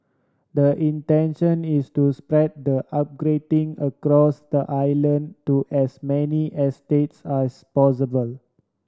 the intention is to spread the upgrading across the island to as many estates as possible